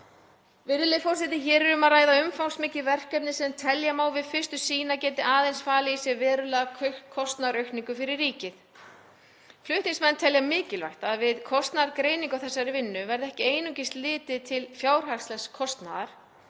Virðulegi forseti. Hér er um að ræða umfangsmikið verkefni sem telja má við fyrstu sýn að geti aðeins falið í sér verulega kostnaðaraukningu fyrir ríkið. Flutningsmenn telja mikilvægt að við kostnaðargreiningu á þessari vinnu verði ekki einungis litið til fjárhagslegs kostnaðar